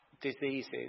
diseases